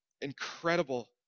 incredible